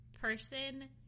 person